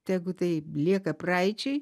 tegu tai lieka praeičiai